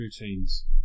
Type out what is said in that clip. routines